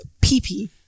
pee-pee